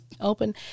Open